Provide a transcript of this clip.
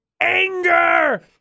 anger